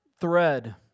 thread